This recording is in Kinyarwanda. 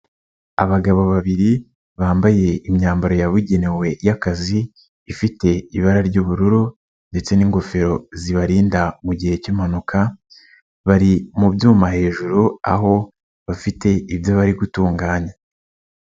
Abagabo babiri bambaye imyambaro yabugenewe y'akazi, ifite ibara ry'ubururu ndetse n'ingofero zibarinda mu gihe cy'impanuka, bari mu byuma hejuru, aho bafite ibyo bari gutunganya.